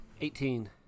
Eighteen